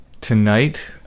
Tonight